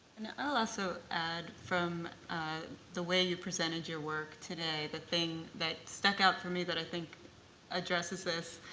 and i'll also add, from the way you presented your work today, the thing that stuck out for me that i think addresses this,